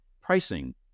pricing